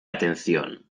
atención